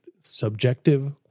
subjective